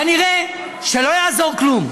כנראה לא יעזור כלום.